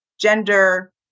gender